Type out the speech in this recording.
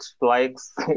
likes